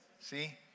See